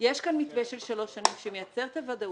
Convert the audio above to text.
שיש כאן מתווה של שלוש שנים שמייצר ודאות.